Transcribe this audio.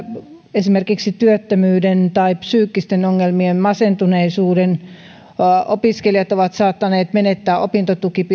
esimerkiksi työttömyyden tai psyykkisten ongelmien masentuneisuuden takia opiskelijat ovat saattaneet menettää opintotukensa